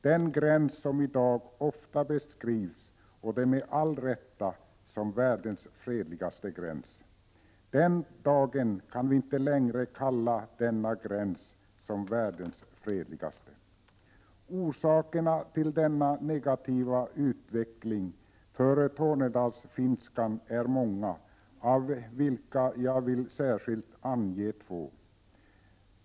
Det är den gräns som i dag ofta beskrivs, och det med rätta, såsom världens fredligaste. Den dagen det sker kan vi inte längre kalla denna gräns för världens fredligaste. Orsakerna till denna negativa utveckling är många, av vilka jag vill ange två.